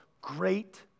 great